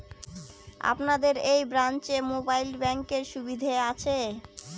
আপনাদের এই ব্রাঞ্চে মোবাইল ব্যাংকের সুবিধে আছে?